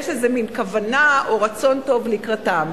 יש בזה מין כוונה או רצון טוב לקראתם.